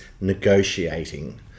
negotiating